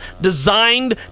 designed